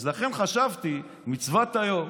אז לכן חשבתי: מצוות היום